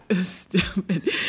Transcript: Stupid